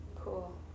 Cool